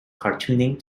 cartooning